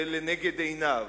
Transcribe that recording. היא לנגד עיניו.